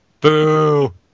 Boo